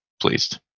pleased